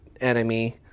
enemy